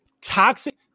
toxic